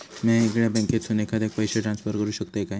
म्या येगल्या बँकेसून एखाद्याक पयशे ट्रान्सफर करू शकतय काय?